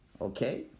Okay